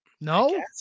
No